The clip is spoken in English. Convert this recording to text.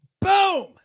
Boom